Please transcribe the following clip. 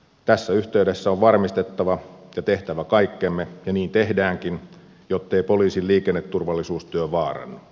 tässä yhteydessä on varmistettava ja tehtävä kaikkemme ja niin tehdäänkin jottei poliisin liikenneturvallisuustyö vaarannu